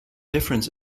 difference